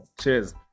cheers